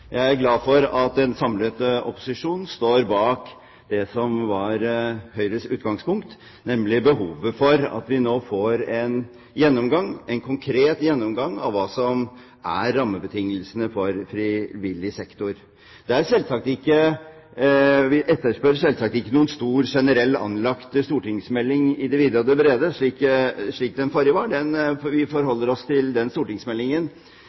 Jeg er glad for at en samlet opposisjon står bak det som var Høyres utgangspunkt, nemlig behovet for at vi nå får en konkret gjennomgang av hva som er rammebetingelsene for frivillig sektor. Vi etterspør selvsagt ikke noen stor, generelt anlagt stortingsmelding i det vide og det brede, slik den forrige var, men forholder oss til den stortingsmeldingen.